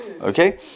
Okay